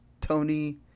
Tony